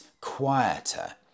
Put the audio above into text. quieter